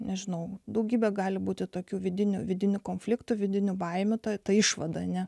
nes žinau daugybę gali būti tokių vidinių vidinių konfliktų vidinių baimių tai ta išvada ne